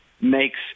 makes